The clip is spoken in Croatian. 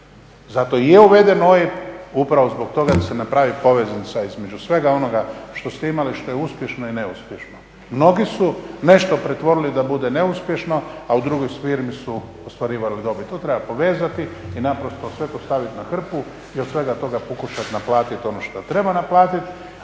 Zato i je uveden OIB, upravo zbog toga da se napravi poveznica između svega onoga što ste imali i što je uspješno i neuspješno. Mnogi su nešto pretvorili da bude neuspješno, a u drugoj firmi su ostvarivali dobit. To treba povezati i naprosto sve postavit na hrpu i od svega toga pokušat naplatit ono što treba naplatit.